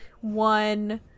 one